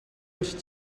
els